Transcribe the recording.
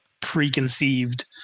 preconceived